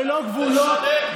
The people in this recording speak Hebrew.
ללא גבולות,